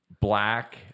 Black